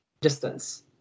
distance